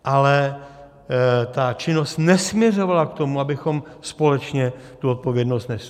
Ale ta činnost nesměřovala k tomu, abychom společně tu odpovědnost nesli.